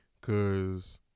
Cause